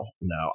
no